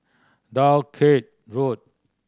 Dalkeith Road